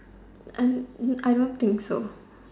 and I don't think so